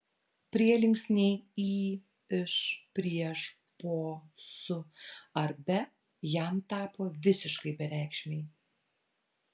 prielinksniai į iš prieš po su ar be jam tapo visiškai bereikšmiai